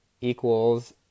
equals